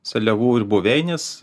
seliavų ir buveinės